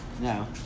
No